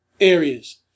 areas